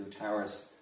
towers